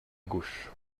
gauche